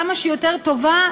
כמה שיותר טובה,